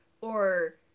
or-